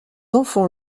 enfants